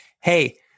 Hey